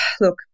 look